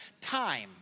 time